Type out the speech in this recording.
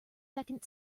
second